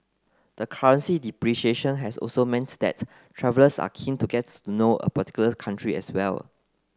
the currency depreciation has also that travellers are keen to gets to know a particular country as well